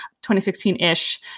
2016-ish